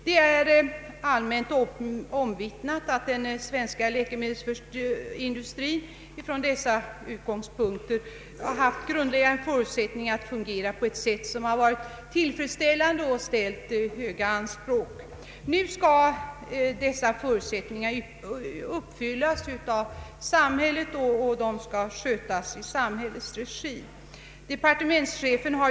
Det är allmänt omvittnat att den svenska läkemedelsindustrin ifrån dessa utgångspunkter haft grundläggande förutsättningar att fungera på ett sätt som varit tillfredsställande och ställt höga anspråk. Nu skall dessa förutsättningar uppfyllas av samhället och skötas i samhällets regi. Departementsche Ang.